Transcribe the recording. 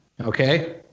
okay